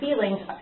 feelings